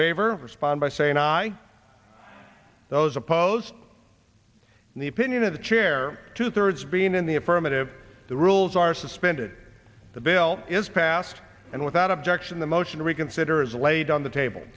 favor of respond by saying i those opposed in the opinion of the chair two thirds being in the affirmative the rules are suspended the bill is passed and without objection the motion to reconsider is laid on the table